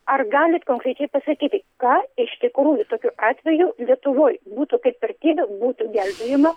ar galit konkrečiai pasakyti ką iš tikrųjų tokiu atveju lietuvoj būtų kaip vertybė būtų gelbėjama